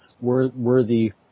worthy